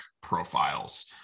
profiles